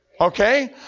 Okay